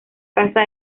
casa